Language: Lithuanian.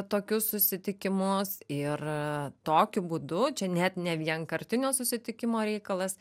tokius susitikimus ir tokiu būdu čia net ne vienkartinio susitikimo reikalas